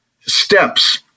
steps